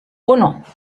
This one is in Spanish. uno